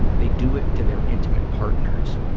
they do it to their intimate partners.